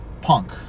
Punk